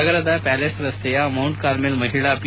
ನಗರದ ಪ್ಯಾಲೇಸ್ ರಸ್ತೆಯ Mount Carmel ಮಹಿಳಾ ಪಿ